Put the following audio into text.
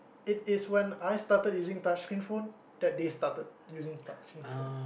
it is when I started using touch screen phone that they started using touch screen phone